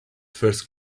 first